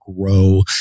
grow